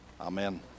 amen